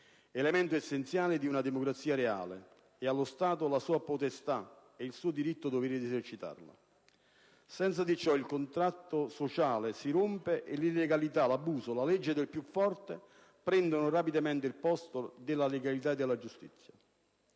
elemento essenziale di una democrazia reale, e allo Stato la sua potestà e il suo diritto-dovere di esercitarla. Senza di ciò il contratto sociale si rompe e l'illegalità, l'abuso, la legge del più forte prendono rapidamente il posto della legalità e della giustizia.